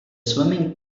swimming